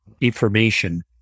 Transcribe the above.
information